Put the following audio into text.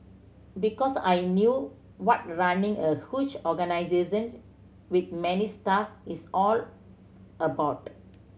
because I knew what running a huge organisation with many staff is all about